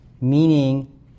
meaning